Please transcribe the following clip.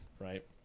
right